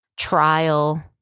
Trial